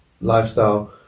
lifestyle